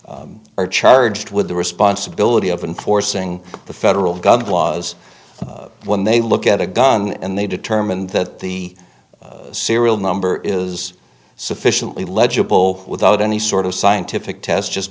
who are charged with the responsibility of enforcing the federal gun laws when they look at a gun and they determine that the serial number is sufficiently legible without any sort of scientific test just